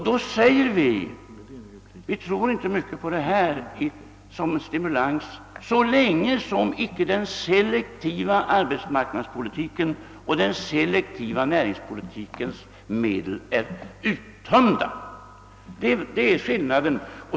Då säger vi att vi inte tror mycket på dylika åtgärder som stimulans så länge icke den selektiva arbetsmarknadspolitikens och den selektiva näringspolitikens resurser är uttömda. Det är skillnaden.